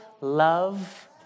love